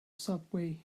subway